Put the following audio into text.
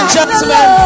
gentlemen